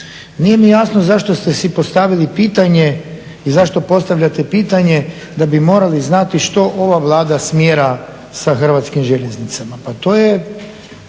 Nije mi jasno zašto ste si postavili pitanje i zašto postavljate pitanje da bi morali znati što ova Vlada smjera sa Hrvatskim željeznicama. Pa to je